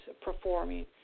performing